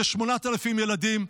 כ-8,000 ילדים,